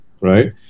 right